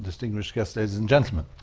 distinguished guests, ladies and gentleman,